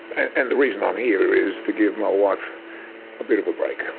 and the reason i'm here is to give my wife a bit of a break.